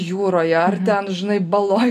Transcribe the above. jūroje ar ten žinai baloj